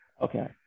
Okay